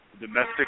domestic